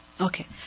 Okay